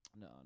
no